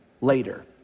later